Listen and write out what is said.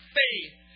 faith